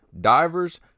divers